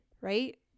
right